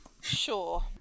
Sure